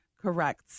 Correct